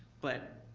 but